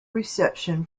reception